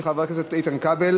של חבר הכנסת איתן כבל,